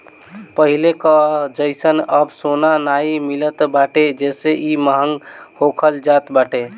पहिले कअ जइसन अब सोना नाइ मिलत बाटे जेसे इ महंग होखल जात बाटे